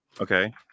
okay